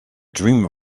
dream